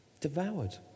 devoured